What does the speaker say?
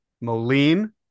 Moline